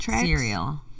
cereal